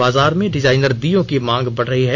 बाजार में डिजाइनर दीयों की मांग बढ़ रही है